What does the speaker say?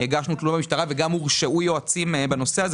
היו גם שהורשעו בנושא הזה.